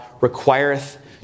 requireth